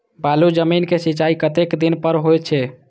बालू जमीन क सीचाई कतेक दिन पर हो छे?